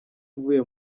mvuye